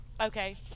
Okay